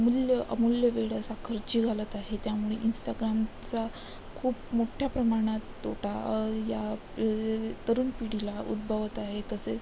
मूल्य अमूल्य वेळ असा खर्ची घालत आहे त्यामुळे इंस्टाग्रामचा खूप मोठ्या प्रमाणात तोटा या य तरुण पिढीला उद्भवत आहे तसे